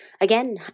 Again